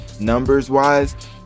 numbers-wise